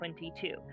2022